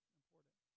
important